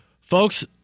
folks